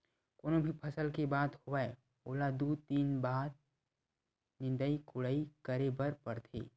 कोनो भी फसल के बात होवय ओला दू, तीन बार निंदई कोड़ई करे बर परथे